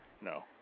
No